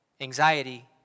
Anxiety